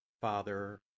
Father